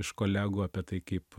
iš kolegų apie tai kaip